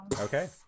Okay